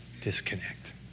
Disconnect